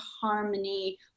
harmony